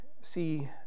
see